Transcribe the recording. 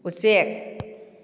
ꯎꯆꯦꯛ